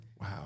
Wow